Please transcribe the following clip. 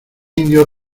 indios